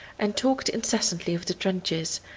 and talked incessantly of the trenches,